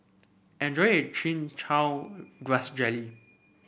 enjoy your Chin Chow Grass Jelly